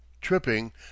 Tripping